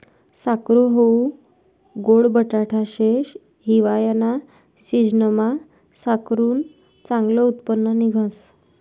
साकरू हाऊ गोड बटाटा शे, हिवायाना सिजनमा साकरुनं चांगलं उत्पन्न निंघस